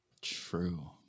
True